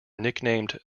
nicknamed